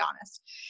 honest